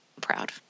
proud